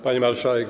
Pani Marszałek!